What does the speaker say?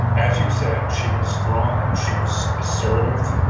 and as you said, she was strong, she was assertive,